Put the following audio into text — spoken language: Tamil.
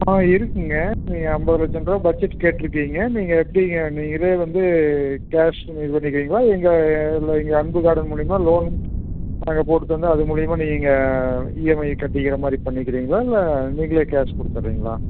ஆ இருக்குதுங்க நீங்கள் ஐம்பது லட்சம்ருவா பட்ஜெட் கேட்டுருக்கீங்க நீங்கள் எப்படிங்க நீங்கள் இதே வந்து கேஷ் வந்து இது பண்ணிக்கிறீங்களா இங்கே இல்லை இங்கே அன்பு கார்டன் மூலிமா லோன் நாங்கள் போட்டு தந்தால் அது மூலிமா நீங்கள் இஎம்ஐ கட்டிக்கிற மாதிரி பண்ணிக்கிறீங்களா இல்லை நீங்களே கேஷ் கொடுத்தட்றீங்களா